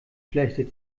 schlechte